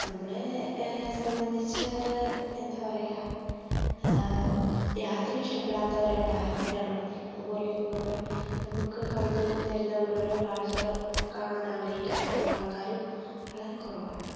നമ്മളെ സംബന്ധിച്ച് എന്താ പറയുക യാത്ര ഇഷ്ടപ്പെടാത്തവരായിട്ട് ആരും തന്നെ കാണത്തില്ല അതുപോലെ ഇതുപോലുള്ള നമുക്ക് കൗതുകം തരുന്ന ഓരോരോ കാഴ്ചകൾ കാണാൻ ആഗ്രഹിക്കാത്ത ആയിട്ട് ആൾക്കാരും വളരെ കുറവാണ്